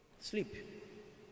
sleep